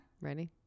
Ready